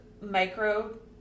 micro